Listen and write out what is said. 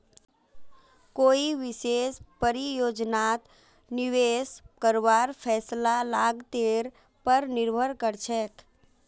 कोई विशेष परियोजनात निवेश करवार फैसला लागतेर पर निर्भर करछेक